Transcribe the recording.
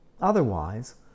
Otherwise